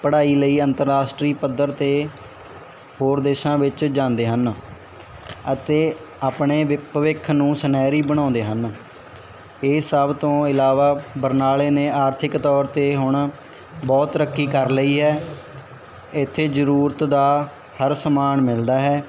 ਪੜ੍ਹਾਈ ਲਈ ਅੰਤਰਰਾਸ਼ਟਰੀ ਪੱਧਰ 'ਤੇ ਹੋਰ ਦੇਸ਼ਾਂ ਵਿੱਚ ਜਾਂਦੇ ਹਨ ਅਤੇ ਆਪਣੇ ਵ ਭਵਿੱਖ ਨੂੰ ਸੁਨਹਿਰੀ ਬਣਾਉਂਦੇ ਹਨ ਇਹ ਸਭ ਤੋਂ ਇਲਾਵਾ ਬਰਨਾਲੇ ਨੇ ਆਰਥਿਕ ਤੌਰ 'ਤੇ ਹੁਣ ਬਹੁਤ ਤਰੱਕੀ ਕਰ ਲਈ ਹੈ ਇੱਥੇ ਜ਼ਰੂਰਤ ਦਾ ਹਰ ਸਮਾਨ ਮਿਲਦਾ ਹੈ